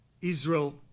israel